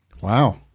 Wow